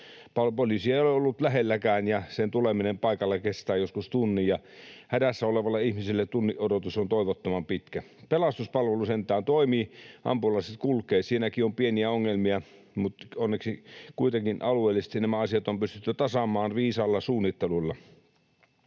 Poliisia ei ole ollut lähelläkään, ja sen tuleminen paikalle kestää joskus tunnin, ja hädässä olevalle ihmiselle tunnin odotus on toivottoman pitkä. Pelastuspalvelu sentään toimii, ja ambulanssit kulkevat. Siinäkin on pieniä ongelmia, mutta onneksi kuitenkin alueellisesti nämä asiat on pystytty tasaamaan viisaalla suunnittelulla.